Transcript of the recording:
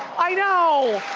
i know.